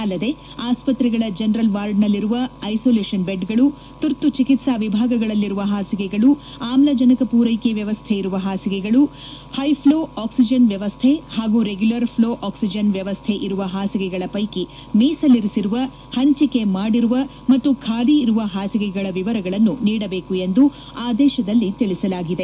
ಅಲ್ಲದೆ ಆಸ್ಸತ್ರೆಗಳ ಜನರಲ್ ವಾರ್ಡ್ನಲ್ಲಿರುವ ಐಸೋಲೇಷನ್ ಬೆಡ್ಗಳು ತುರ್ತು ಚಿಕಿತ್ಪಾ ವಿಭಾಗಗಳಲ್ಲಿರುವ ಹಾಸಿಗೆಗಳು ಆಮ್ತಜನಕ ಪೂರೈಕೆ ವ್ಯವಸ್ಥೆ ಇರುವ ಹಾಸಿಗೆಗಳು ಹೈಫೋ ಆಕ್ಟಿಜನ್ ವ್ಯವಸ್ಥೆ ಹಾಗೂ ರೆಗ್ಯುಲರ್ ಫ್ಲೋ ಆಕ್ಟಿಜನ್ ವ್ಯವಸ್ಥೆ ಇರುವ ಹಾಸಿಗೆಗಳ ಪೈಕಿ ಮೀಸಲಿರಿಸಿರುವ ಹಂಚಿಕೆ ಮಾಡಿರುವ ಮತ್ತು ಖಾಲಿ ಇರುವ ಹಾಸಿಗೆಗಳ ವಿವರಗಳನ್ನು ನೀಡಬೇಕು ಎಂದು ಆದೇಶದಲ್ಲಿ ತಿಳಿಸಲಾಗಿದೆ